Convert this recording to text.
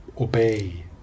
obey